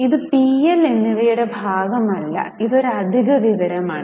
ഇത് P L എന്നിവയുടെ ഭാഗമല്ല ഇത് ഒരു അധിക വിവരമാണ്